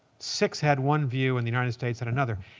six had one view and the united states had another.